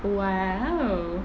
!wow!